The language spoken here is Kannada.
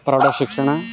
ಪೌಢ ಶಿಕ್ಷಣ